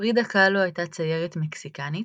פרידה קאלו הייתה ציירת מקסיקנית,